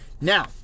Now